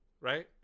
right